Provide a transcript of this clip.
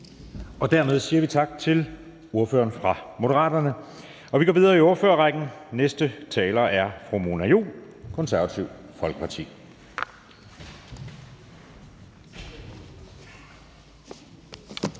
Dermed siger vi tak til ordføreren for Moderaterne. Vi går videre i ordførerrækken, og næste taler er fru Mona Juul, Det Konservative Folkeparti.